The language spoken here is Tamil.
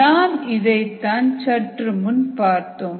நாம் இதை தான் சற்று முன் பார்த்தோம்